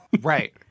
Right